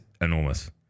enormous